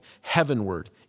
heavenward